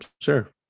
sure